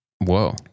Whoa